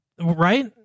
right